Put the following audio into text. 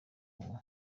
ubu